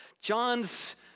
John's